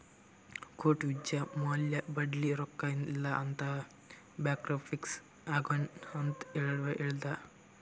court Vijay Mallya ಬಲ್ಲಿ ರೊಕ್ಕಾ ಇಲ್ಲ ಅಂತ ಬ್ಯಾಂಕ್ರಪ್ಸಿ ಆಗ್ಯಾನ್ ಅಂತ್ ಹೇಳ್ಯಾದ್